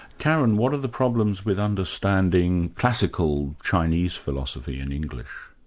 karen, what are the problems with understanding classical chinese philosophy in english?